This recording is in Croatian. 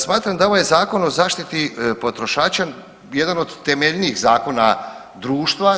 Smatram da ovaj Zakon o zaštiti potrošača jedan od temeljnijih zakona društva.